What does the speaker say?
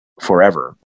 forever